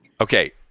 Okay